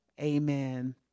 Amen